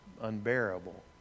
unbearable